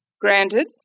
Granted